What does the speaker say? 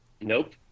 Nope